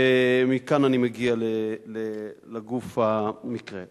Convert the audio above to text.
מכאן אני מגיע לגוף המקרה.